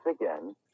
again